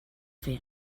fer